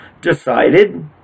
decided